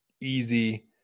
easy